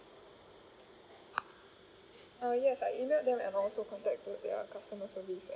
uh yes I emailed them and I also contacted their customer service and